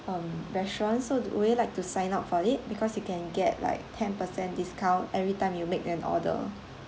um restaurant so do will you like to sign up for it because you can get like ten percent discount every time you make an order